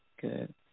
good